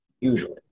Usually